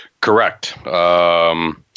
Correct